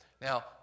Now